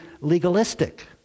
legalistic